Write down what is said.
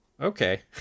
okay